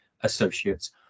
associates